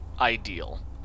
ideal